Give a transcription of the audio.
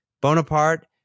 Bonaparte